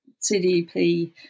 CDP